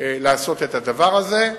לעשות את הדבר הזה.